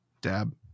Dab